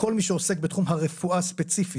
החוק כולל את זה וגם איסור שימוש, הפצה וכולי.